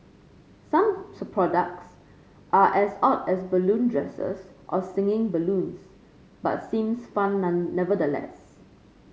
some products are as odd as balloon dresses or singing balloons but seems fun nevertheless